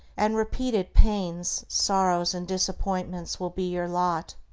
and repeated pains, sorrows, and disappointments will be your lot.